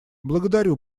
благодарю